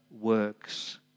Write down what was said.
works